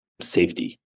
safety